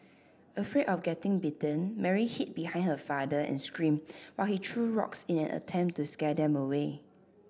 afraid of getting bitten Mary hid behind her father and screamed while he threw rocks in an attempt to scare them away